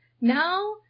now –